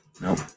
Nope